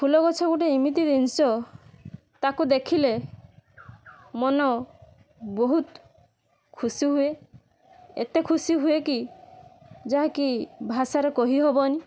ଫୁଲଗଛ ଗୋଟେ ଏମିତି ଜିନିଷ ତାକୁ ଦେଖିଲେ ମନ ବହୁତ ଖୁସି ହୁଏ ଏତେ ଖୁସି ହୁଏ କି ଯାହାକି ଭାଷାରେ କହି ହବନି